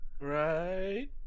Right